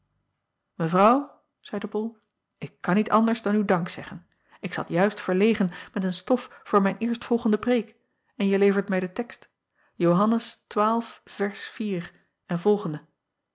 evrouw zeide ol ik kan niet anders dan u dank zeggen ik zat juist verlegen met een stof voor mijn eerstvolgende preêk en je levert mij den text ohannes vs en volgende